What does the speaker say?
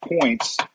points